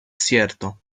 cierto